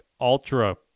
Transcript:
ultra